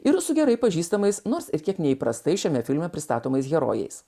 ir su gerai pažįstamais nors ir kiek neįprastai šiame filme pristatomais herojais